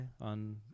on